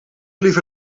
liever